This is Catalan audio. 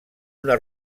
una